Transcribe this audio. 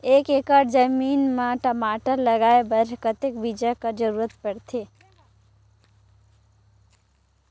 एक एकड़ जमीन म टमाटर लगाय बर कतेक बीजा कर जरूरत पड़थे?